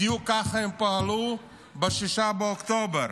בדיוק כך הם פעלו ב-6 באוקטובר,